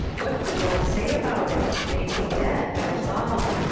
what could one say about it? they'd be dead, that's all.